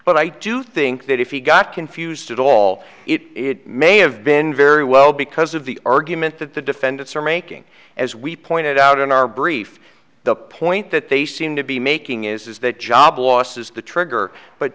but i do think that if he got confused at all it may have been very well because of the argument that the defendants are making as we pointed out in our brief the point that they seem to be making is that job loss is the trigger but